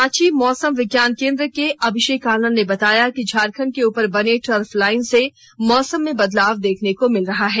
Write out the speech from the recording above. रांची मौसम विज्ञान केंद्र के अभिषेक आनंद ने बताया कि झारखंड के ऊपर बने टर्फलाइन से मौसम में बदलाव देखने को मिल रहा है